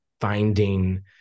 finding